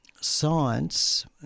science